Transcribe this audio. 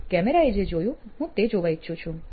કેમેરાએ જે જોયું હું તે જોવા ઈચ્છું છું"